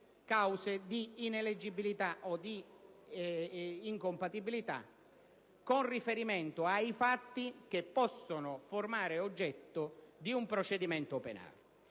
di ineleggibilità o di incompatibilità con riferimento ai fatti che possono formare oggetto di un procedimento penale.